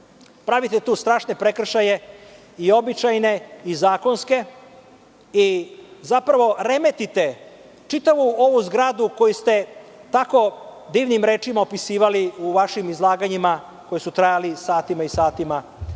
tu strašne prekršaje i običajne i zakonske i zapravo remetite čitavu ovu zgradu koju ste tak divnim rečima opisivali u vašim izlaganjima koja su trajala satima i satima